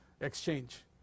exchange